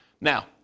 Now